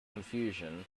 confusion